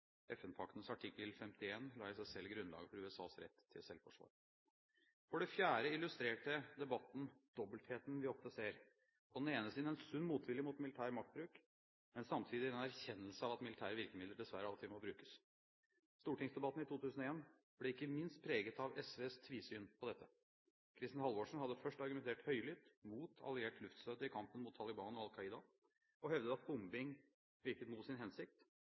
artikkel 51 la i seg selv grunnlaget for USAs rett til selvforsvar. For det fjerde illustrerte debatten dobbeltheten vi ofte ser – på den ene siden en sunn motvilje mot militær maktbruk, på den annen side samtidig en erkjennelse av at militære virkemidler dessverre av og til må brukes. Stortingsdebatten i 2001 ble ikke minst preget at SVs tvisyn på dette. Kristin Halvorsen hadde først argumentert høylytt mot alliert luftstøtte i kampen mot Taliban og Al Qaida og hevdet at bombing virker mot sin hensikt,